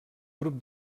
grup